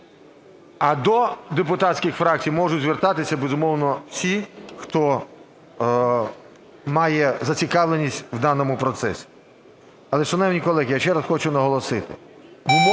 А до депутатських фракцій можуть звертатися, безумовно, всі, хто має зацікавленість в даному процесі. Але, шановні колеги, я ще раз хочу наголосити,